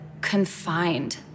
confined